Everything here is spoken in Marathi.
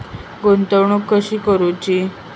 गुंतवणूक कशी करूची?